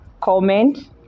comment